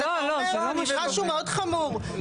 אז אתה אומר משהו מאוד חמור.